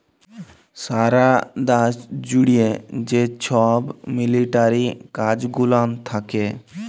সারা দ্যাশ জ্যুড়ে যে ছব মিলিটারি কাজ গুলান থ্যাকে